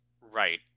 Right